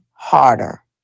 harder